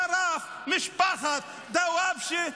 ששרף את משפחת דוואבשה,